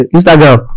Instagram